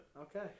Okay